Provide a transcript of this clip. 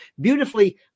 beautifully